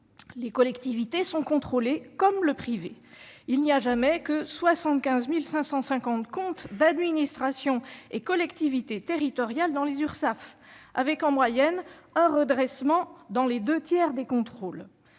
Les collectivités sont contrôlées comme le privé ! Il n'y a jamais que 75 550 comptes d'administrations et de collectivités territoriales dans les Urssaf, avec, en moyenne, un redressement dans les deux tiers des contrôles